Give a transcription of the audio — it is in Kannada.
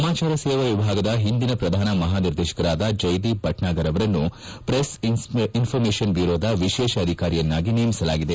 ಸಮಾಚಾರ ಸೇವಾ ವಿಭಾಗದ ಹಿಂದಿನ ಪ್ರಧಾನ ಮಪಾನಿರ್ದೇಶಕರಾದ ಜೈದೀಪ್ ಭಟ್ನಾಗರ್ ಅವರನ್ನು ಪ್ರೆಸ್ ಇನ್ಸರ್ಮೇಷನ್ ಬ್ಯೂರೋದ ವಿಶೇಷ ಅಧಿಕಾರಿಯನ್ನಾಗಿ ನೇಮಿಸಲಾಗಿದೆ